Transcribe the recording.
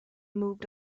moved